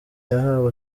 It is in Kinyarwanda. yahawe